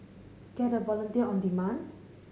get a volunteer on demand